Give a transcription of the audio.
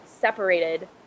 separated